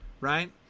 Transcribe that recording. right